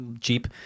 cheap